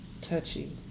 Touchy